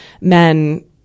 men